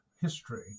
history